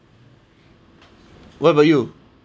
what about you